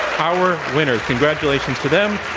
our winner. congratulations to them.